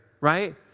Right